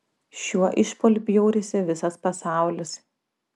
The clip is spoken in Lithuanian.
šiuo išpuoliu bjaurisi visas pasaulis